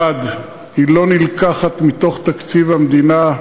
1. היא לא נלקחת מתוך תקציב המדינה,